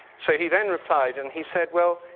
so he then replied and he said, well,